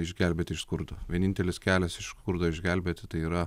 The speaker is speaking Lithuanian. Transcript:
išgelbėti iš skurdo vienintelis kelias iš skurdo išgelbėti tai yra